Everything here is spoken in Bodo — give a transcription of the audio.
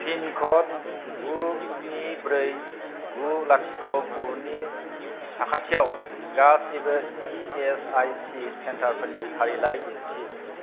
पिनकड गु स्नि ब्रै गु लाथिख' गु नि साखाथियाव गासिबो इ एस आइ सि सेन्टारफोरनि फारिलाइ दिन्थि